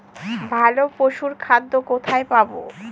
ভালো পশুর খাদ্য কোথায় পাবো?